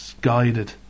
guided